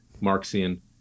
Marxian